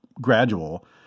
gradual